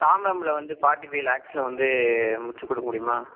தாம்பரமில் வந்து forty five லேக்ஸ்சில் வந்து முடித்துக் கொடுக்க முடியுமா